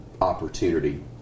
opportunity